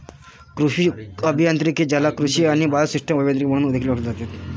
कृषी अभियांत्रिकी, ज्याला कृषी आणि बायोसिस्टम अभियांत्रिकी म्हणून देखील ओळखले जाते